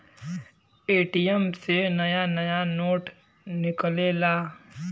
ATM से नया नया नोट निकलेला